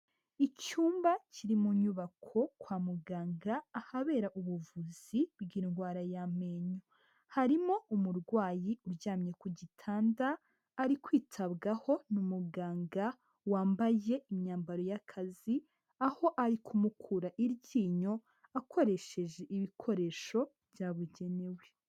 Icyumba kiri mu nyubako kwa muganga ahabera ubuvuzi bw'indwara y'amenyo, harimo umurwayi uryamye ku gitanda ari kwitabwaho n'umuganga wambaye imyambaro y'akazi, aho ari kumukura iryinyo akoresheje ibikoresho byabugenewe.